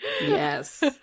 Yes